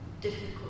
difficult